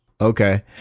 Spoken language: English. Okay